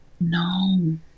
No